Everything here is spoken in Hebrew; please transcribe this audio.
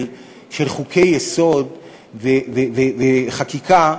של חוקי-יסוד וחקיקה,